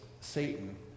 Satan